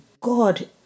God